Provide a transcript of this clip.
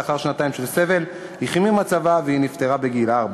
ולאחר שנתיים של סבל החמיר מצבה והיא נפטרה בגיל ארבע,